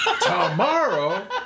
tomorrow